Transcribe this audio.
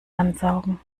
ansaugen